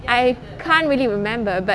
I can't really remember but